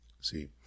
See